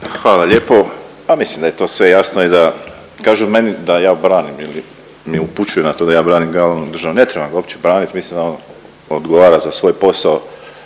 Hvala lijepo. Pa mislim da je to sve jasno i da kažu meni da ja branim ili mi upućuju na to da ja branim glavnog državnog. Ne trebam ga uopće braniti. Mislim da on odgovora za svoj posao